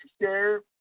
share